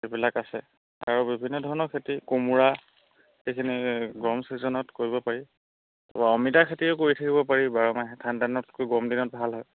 এইবিলাক আছে আৰু বিভিন্ন ধৰণৰ খেতি কোমোৰা সেইখিনি গৰম ছিজনত কৰিব পাৰি অমিতা খেতিও কৰি থাকিব পাৰি বাৰ মাহে ঠাণ্ডা দিনতকৈ গৰম দিনত ভাল হয়